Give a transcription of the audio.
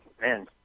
man